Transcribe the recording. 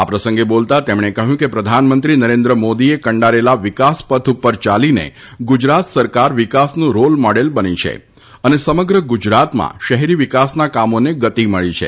આ પ્રસંગે બોલતા તેમણે કહ્યું કે પ્રધાનમંત્રી નરેન્દ્ર મોદીએ કંડારેલા વિકાસ પથ ઉપર યાલીને ગુજરાત સરકાર વિકાસનું રોલમોડલ બની છે અને સમગ્ર ગુજરાતમાં શહેરી વિકાસના કામોને ગતિ મળી છે